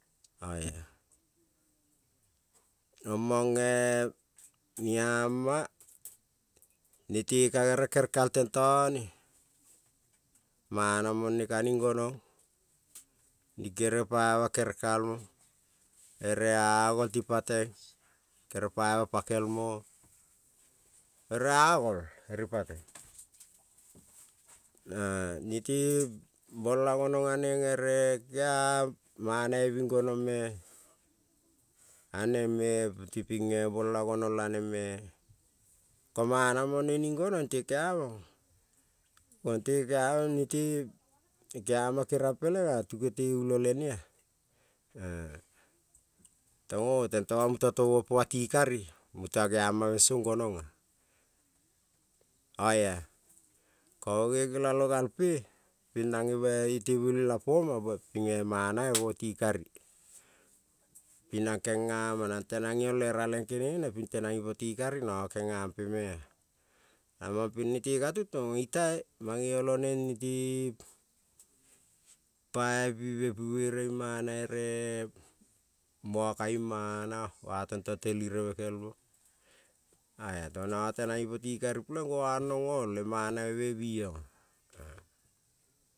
Oia, omange- i-ama nete ka gerel kerekal tentone mana kaning gonong, kere paima kerekalmo ere a gol tipateng kere paima pakel mo ere-a-gol ripateng, nete bola gonong aneng ere kea manave bing gonongme aneng me ti-pinge gonong la neng-me, ko ma ne mo-ne ning gonong te keamong konte keamong nente keama keriong peleng-a tuke te ula le ne-a, tong tento muta tomo pa ti-kara muta geama meng song gonong-a, oia ko goge gelalo gal pe ping nange ite bolela po-ma ba ping manave boti kari in-nana konga-ma nang tenang iong le raleng ping tenang ipo ti kari in-nanga kengampe, me-a lamang ping nete ka tutong itai mange obne ne nete pai pime pi vere i mana ere moa ka-imana va tenta tel ireve kel-mo, oia nanga tenang ipo ti kari peleng ngo anong o-ong le manave-be bi-ong-a.